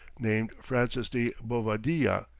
named francis de bovadilla,